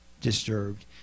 disturbed